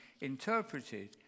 interpreted